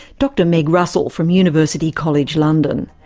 dr meg russell from university college, london.